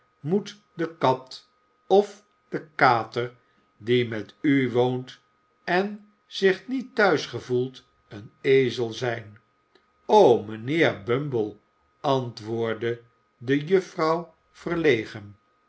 moet de kat of de kater die met u woont en zich niet thuis gevoelt een ezel zijn o mijnheer bumble antwoordde de